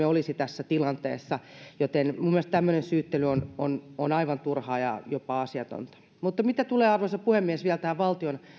olisi tässä tilanteessa joten minun mielestäni tämmöinen syyttely on on aivan turhaa ja jopa asiatonta mutta mitä tulee arvoisa puhemies vielä tähän valtion